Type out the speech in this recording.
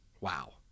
wow